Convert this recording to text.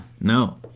No